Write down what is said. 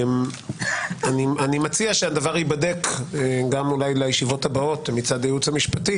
אני מציע שהדבר ייבדק אולי לישיבות הבאות מצד הייעוץ המשפטי,